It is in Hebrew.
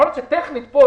יכול להיות שטכנית כאן,